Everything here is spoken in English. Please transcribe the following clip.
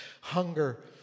hunger